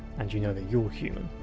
and you know that you're human.